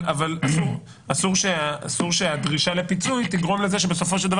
אבל אסור שהדרישה לפיצוי תגרום לזה שבסופו של דבר